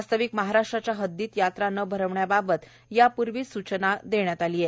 वास्तविक महाराष्ट्राच्या हद्दीत यात्रा न भरविण्याबाबत यापूर्वीच सूचित करण्यात आले आहे